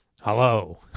Hello